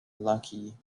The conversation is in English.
lucky